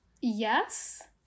yes